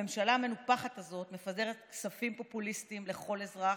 הממשלה המנופחת הזאת מפזרת כספים פופוליסטיים לכל אזרח,